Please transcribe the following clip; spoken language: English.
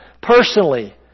personally